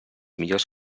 millors